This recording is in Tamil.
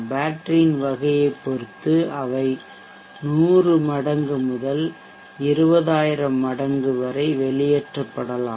பேட்டரியின் வகையைப் பொறுத்து அவை 100 மடங்கு முதல் 20000 மடங்கு வரை வெளியேற்றப்படலாம்